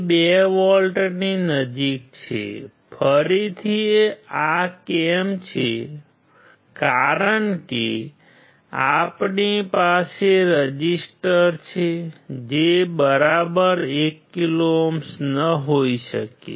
તે 2 વોલ્ટની નજીક છે ફરીથી આ કેમ છે કારણ કે આપણી પાસે રેઝિસ્ટર છે જે બરાબર 1 કિલો ઓહ્મ ન હોઈ શકે